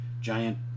giant